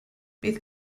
bydd